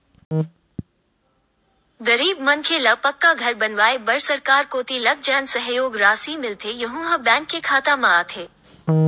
गरीब मनखे ल पक्का घर बनवाए बर सरकार कोती लक जेन सहयोग रासि मिलथे यहूँ ह बेंक के खाता म आथे